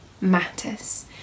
matters